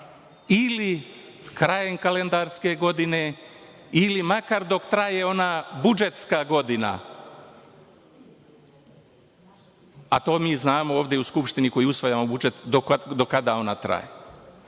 ili krajem kalendarske godine ili, makar, dok traje ona budžetska godina, a to mi znamo, ovde u Skupštini, koji usvajamo budžet, do kada ona traje. Možete